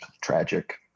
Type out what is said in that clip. Tragic